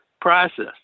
process